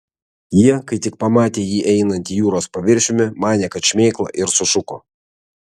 jie kai tik pamatė jį einantį jūros paviršiumi manė kad šmėkla ir sušuko